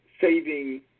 saving